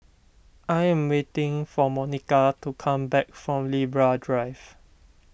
I am waiting for Monica to come back from Libra Drive